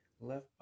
left